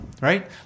right